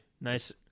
nice